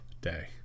day